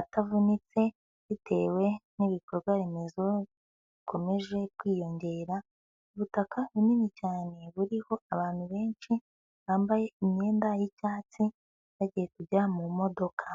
atavunitse bitewe n'ibikorwa remezo bikomeje kwiyongera, ubutaka bunini cyane buriho abantu benshi bambaye imyenda y'icyatsi bagiye kujya mu modoka.